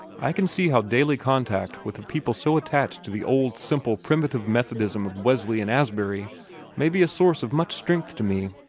i can see how daily contact with a people so attached to the old, simple, primitive methodism of wesley and asbury may be a source of much strength to me.